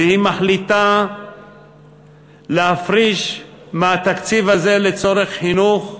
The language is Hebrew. והיא מחליטה להפריש מהתקציב הזה לצורך חינוך,